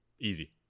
easy